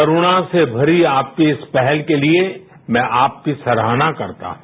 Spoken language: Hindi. करुणा से भरी आपकी इस पहल के लिए मैं आपकी सराहना करता हूं